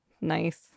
nice